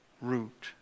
root